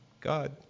God